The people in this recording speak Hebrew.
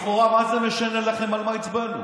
לכאורה, מה זה משנה לכם על מה הצבענו?